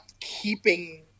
keeping